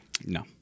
no